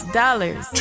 dollars